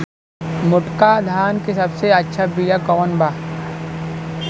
मोटका धान के सबसे अच्छा बिया कवन बा?